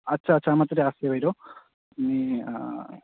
আচ্ছা আচ্ছা আমাৰ তাতে আছে বাইদেউ